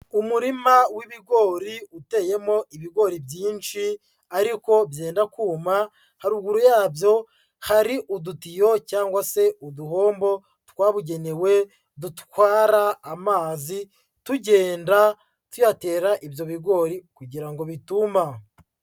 Umurima w'ibigori uteyemo ibigori byinshi ariko byenda kuma, haruguru yabyo hari udutiyo cyangwa se uduhombo twabugenewe, dutwara amazi tugenda tuyatera ibyo bigori kugira ngo bituma.